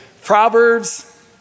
Proverbs